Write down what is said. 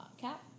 cap